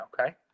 okay